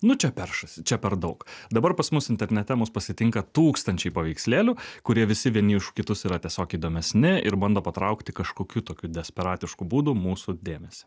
nu čia peršasi čia per daug dabar pas mus internete mus pasitinka tūkstančiai paveikslėlių kurie visi vieni už kitus yra tiesiog įdomesni ir bando patraukti kažkokiu tokiu desperatišku būdu mūsų dėmesį